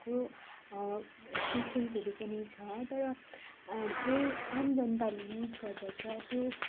को स्टेसन्सहरू पनि छ तर जो आम जनताले युज गर्दछ त्यो